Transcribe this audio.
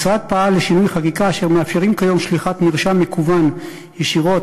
המשרד פעל לשינויי חקיקה אשר מאפשרים כיום שליחת מרשם מקוון ישירות